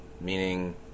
meaning